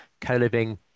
co-living